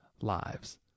lives